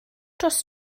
dros